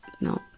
no